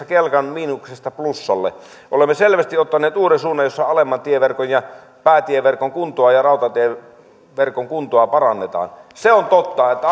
kelkan miinuksesta plussalle olemme selvästi ottaneet uuden suunnan jossa alemman tieverkon ja päätieverkon kuntoa ja rautatieverkon kuntoa parannetaan se on totta että